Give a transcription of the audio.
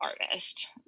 artist